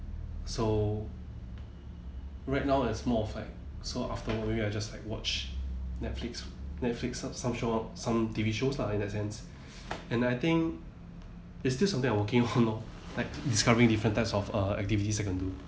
so right now it's more of like so after working I'll just like watch netflix netflix or some some show some T_V shows lah in that sense and I think it's just something working on lor like discovering different types of uh activities I can do